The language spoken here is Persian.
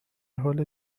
حال